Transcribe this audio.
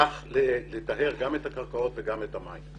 כך לטהר גם את הקרקעות וגם את המים.